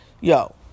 Yo